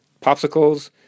Popsicles